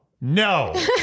no